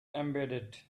embedded